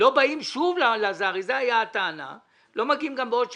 אם הם לא מגיעים גם בעוד שבוע,